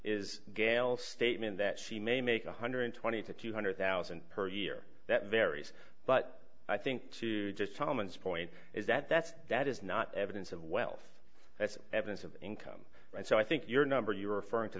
is gail statement that she may make one hundred and twenty to two hundred thousand per year that varies but i think to just solomon's point is that that's that is not evidence of wealth as evidence of income so i think your number you were referring to